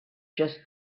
just